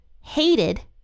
hated